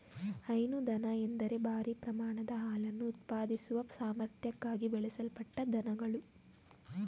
ಹೈನು ದನ ಎಂದರೆ ಭಾರೀ ಪ್ರಮಾಣದ ಹಾಲನ್ನು ಉತ್ಪಾದಿಸುವ ಸಾಮರ್ಥ್ಯಕ್ಕಾಗಿ ಬೆಳೆಸಲ್ಪಟ್ಟ ದನಗಳು